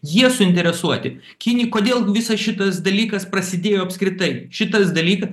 jie suinteresuoti kiniai kodėl visas šitas dalykas prasidėjo apskritai šitas dalyka